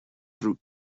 through